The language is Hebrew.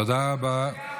תודה רבה.